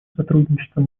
сотрудничества